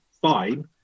fine